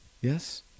Yes